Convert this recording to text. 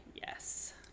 Yes